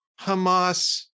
Hamas